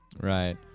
Right